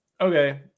Okay